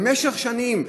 במשך שנים,